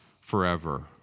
forever